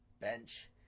bench